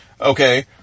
Okay